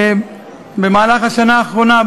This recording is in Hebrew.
ובשנה האחרונה,